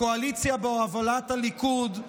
הקואליציה בהובלת הליכוד,